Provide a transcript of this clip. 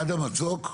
עד המצוק?